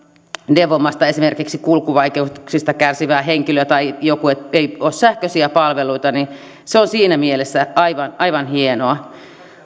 neuvomassa esimerkiksi kulkuvaikeuksista kärsivää henkilöä tai jos on joku että ei ole sähköisiä palveluita se on siinä mielessä aivan aivan hienoa